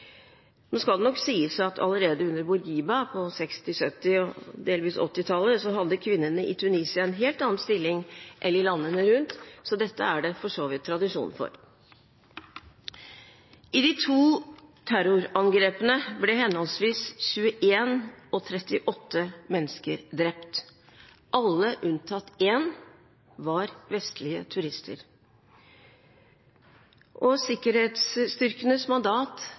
Nå skal det nok sies at allerede under Bourguiba på 1960-, 1970- og delvis 1980-tallet, hadde kvinnene i Tunisia en helt annen stilling enn i landene rundt, så dette er det for så vidt tradisjon for. I de to terrorangrepene ble henholdsvis 21 og 38 mennesker drept. Alle unntatt én var vestlige turister. Sikkerhetsstyrkenes mandat